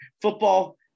football